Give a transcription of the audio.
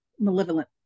malevolent